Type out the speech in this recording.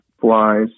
flies